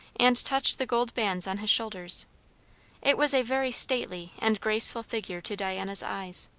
and touched the gold bands on his shoulders it was a very stately and graceful figure to diana's eyes.